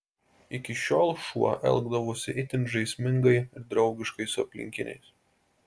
iki šiol šuo elgdavosi itin žaismingai ir draugiškai su aplinkiniais